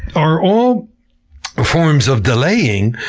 are all forms of delaying,